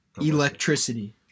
Electricity